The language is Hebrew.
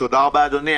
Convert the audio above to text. תודה רבה, אדוני.